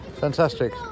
fantastic